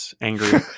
angry